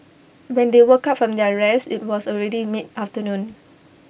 when they woke up from their rest IT was already mid afternoon